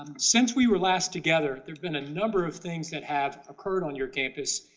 um since we were last together, there's been a number of things that have occurred on your campus.